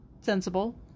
sensible